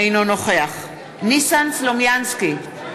אינו נוכח ניסן סלומינסקי,